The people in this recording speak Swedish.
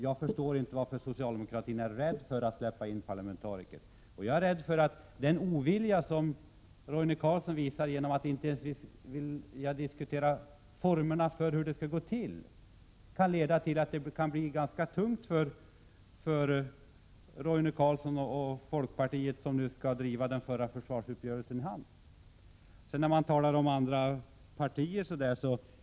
Jag förstår inte varför socialdemokraterna är rädda för att släppa in parlamentariker. Jag är rädd att den ovilja som Roine Carlsson visar genom att inte ens vilja diskutera hur det skall gå till kan leda till att det blir ganska tungt för Roine Carlsson och folkpartiet, som skall se till att få den förra försvarsuppgörelsen i hamn. Roine Carlsson talade om vad olika partier står för på det här området.